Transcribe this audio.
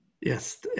Yes